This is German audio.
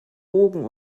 bogen